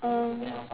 err